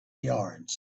yards